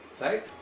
Right